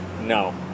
No